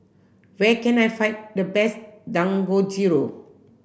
where can I find the best Dangojiru